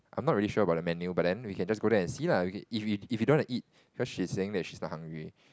I am not really sure about the menu but then we can just go there and see lah if we if we don't want to eat cause she is saying that she is not hungry